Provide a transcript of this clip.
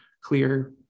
clear